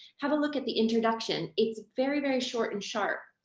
have a look at the introduction. it's very, very short and sharp.